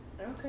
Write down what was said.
Okay